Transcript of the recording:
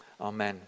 Amen